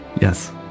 Yes